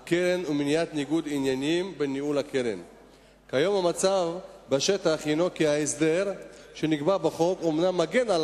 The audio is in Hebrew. הוא משאיר את הקרנות הקשורות בבחינת לקוחות שבויים של